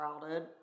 crowded